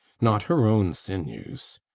not her own sinews.